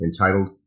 entitled